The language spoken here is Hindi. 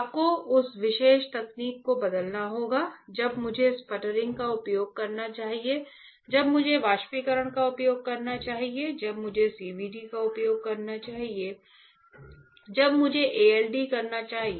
आपको उस विशेष तकनीक को बदलना होगा जब मुझे स्पटरिंग का उपयोग करना चाहिए जब मुझे वाष्पीकरण का उपयोग करना चाहिए जब मुझे CVD का उपयोग करना चाहिए जब मुझे ALD करना चाहिए